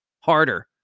harder